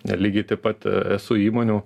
ir lygiai taip pat esu įmonių